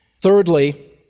Thirdly